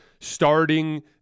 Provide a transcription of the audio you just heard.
starting